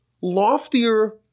loftier